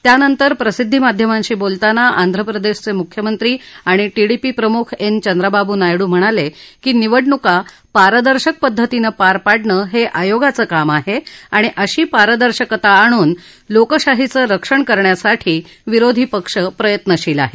त्यानंतर प्रसिद्वी माध्यमांशी बोलताना आंध्रप्रदेशचे मुख्यमंत्री आणि टीडीपी प्रमुख एन चंद्राबाबू नायडू म्हणाले की निवडणुका पारदर्शक पद्धतीनं पार पाडणं हे आयोगाचं काम आहे आणि अशी पारदर्शकता आणून लोकशाहीच रक्षण करण्यासाठी विरोधी पक्ष प्रयत्नशील आहेत